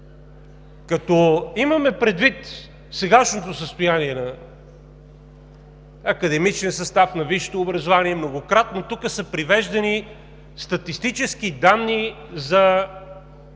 Като имаме предвид сегашното състояние на академичния състав на висшето образование, тук многократно са привеждани статистически данни за това каква